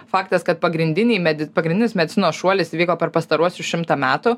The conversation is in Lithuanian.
faktas kad pagrindiniai medit pagrindinis medicinos šuolis įvyko per pastaruosius šimtą metų